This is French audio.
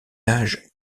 âge